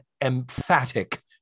emphatic